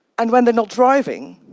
and when they're not driving,